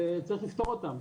וצריך לפטור אותם.